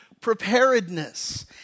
preparedness